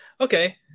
Okay